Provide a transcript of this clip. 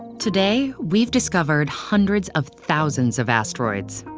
today, we've discovered hundreds of thousands of asteroids.